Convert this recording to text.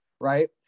right